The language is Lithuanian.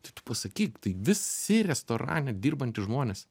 tai tu pasakyk tai visi restorane dirbantys žmonės